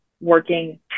working